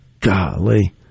Golly